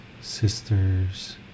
sisters